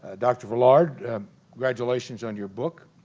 ah dr. villard, congratulations on your book